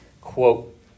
quote